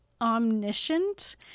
omniscient